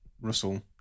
Russell